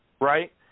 right